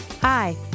Hi